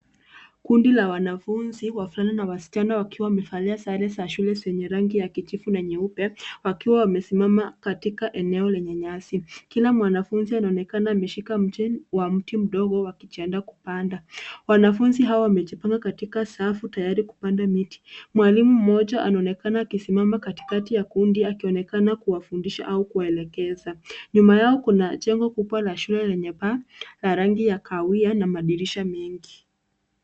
Kundi la wanafunzi wavulana na wasichana wakiwa wamevalia sare za shule zenye rangi ya kijivu na nyeupe, wakiwa wamesimama katika eneo lenye nyasi. Kila mwanafunzi anaonekana ameshika mche wa mti mdogo wakijiandaa kupanda. Wanafunzi hawa wamejipanga katika safu tayari kupanda miti. Mwalimu mmoja anaonekana akisamama katikati ya kundi akionekana kuwafundisha au kuwaelekeza. Nyuma yao kuna jengo kubwa la shule lenye paa la rangi ya kahawia na madirisha mengi.